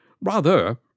Rather